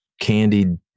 candied